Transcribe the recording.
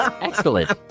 excellent